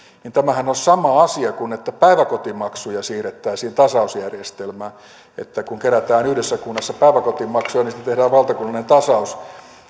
niin tämähän on sama asia kuin se että päiväkotimaksuja siirrettäisiin tasausjärjestelmään että kun kerätään yhdessä kunnassa päiväkotimaksuja niistä tehdään valtakunnallinen tasaus